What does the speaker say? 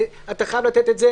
אתה חייב לתת את זה,